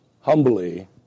humbly